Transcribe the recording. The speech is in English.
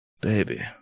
Baby